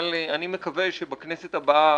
אבל אני מקווה שבכנסת הבאה,